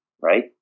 right